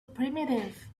primitive